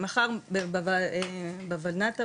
מחר בוולנת"ע,